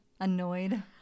annoyed